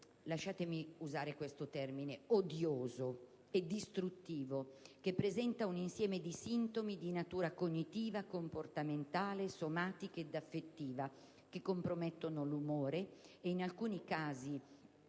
lasciatemi usare questo termine - e distruttivo, che presenta un insieme di sintomi di natura cognitiva, comportamentale, somatica ed affettiva, che compromette l'umore, in alcuni casi